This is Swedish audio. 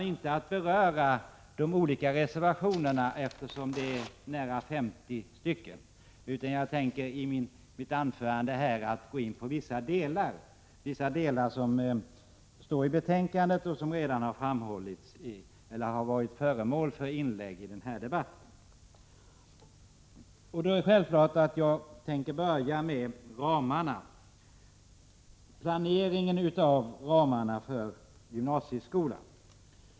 Jag tänker inte beröra de olika reservationerna, eftersom de är nära 50 stycken, utan jag tänker i mitt anförande gå in på vissa delar som står i betänkandet och som redan har varit föremål för inlägg i debatten. Då är det självklart att jag börjar med planeringen av ramarna för gymnasieskolan.